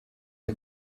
der